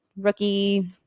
rookie